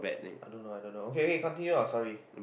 I don't know I don't know okay okay continue ah sorry